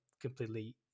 completely